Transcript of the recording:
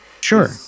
Sure